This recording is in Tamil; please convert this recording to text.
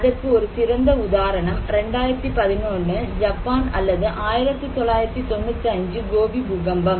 அதற்கு ஒரு சிறந்த உதாரணம் 2011 ஜப்பான் அல்லது 1995 கோபி பூகம்பம்